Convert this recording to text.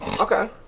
Okay